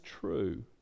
true